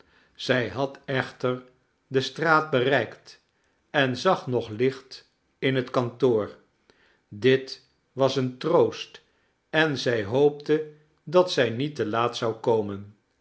zij had echter de straat bereikt en zag nog licht in het kantoor dit was een troost en zij hoopte dat zij niet te laat zou komen